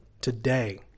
today